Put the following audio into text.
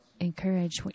encourage